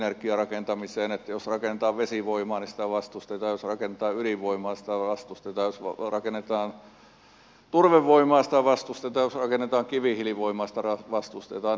jos rakennetaan vesivoimaa niin sitä vastustetaan ja jos rakennetaan ydinvoimaa sitä vastustetaan ja jos rakennetaan turvevoimaa sitä vastustetaan ja jos rakennetaan kivihiilivoimaa sitä vastustetaan